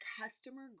customer